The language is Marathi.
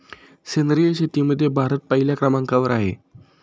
सेंद्रिय शेतीमध्ये भारत पहिल्या क्रमांकावर आहे